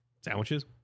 Sandwiches